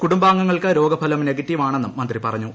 കുടുംബാംഗങ്ങൾക്ക് രോഗഫലം നെഗറ്റീവായെന്നും മന്ത്രി പറഞ്ഞു